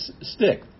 stick